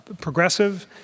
progressive